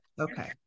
Okay